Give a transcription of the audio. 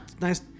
Nice